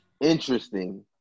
interesting